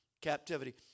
captivity